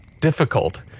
difficult